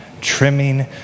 trimming